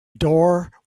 door